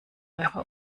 eure